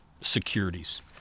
securities